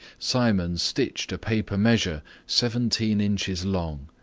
simon stitched a paper measure seventeen inches long,